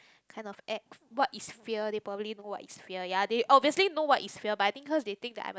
kind of act what is fear they probably know what is fear ya they obviously know what is fear but I think because they think I haven't